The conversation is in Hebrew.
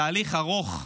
תהליך ארוך,